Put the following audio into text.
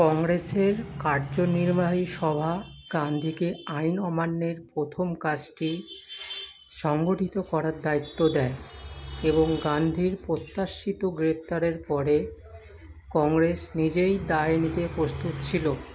কংগ্রেসের কার্যনির্বাহী সভা গান্ধীকে আইন অমান্যের প্রথম কাজটি সংগঠিত করার দায়িত্ব দেয় এবং গান্ধীর প্রত্যাশিত গ্রেপ্তারের পরে কংগ্রেস নিজেই দায় নিতে প্রস্তুত ছিল